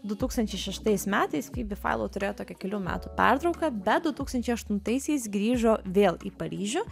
du tūkstančiai šeštais metais fibi failau turėjo tokią kelių metų pertrauką bet du tūkstančiai aštuntaisiais grįžo vėl į paryžių